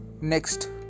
Next